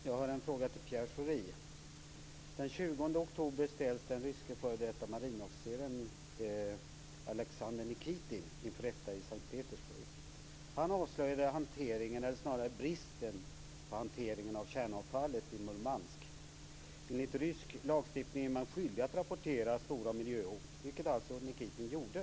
Fru talman! Jag har en fråga till Pierre Schori. Alexandr Nikitin inför rätta i S:t Petersburg. Han avslöjade bristen på hantering av kärnavfallet i Murmansk. Enligt rysk lagstiftning är man skyldig att rapportera om stora miljöhot, vilket alltså Nikitin gjorde.